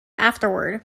afterward